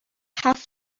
هفت